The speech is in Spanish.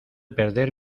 perder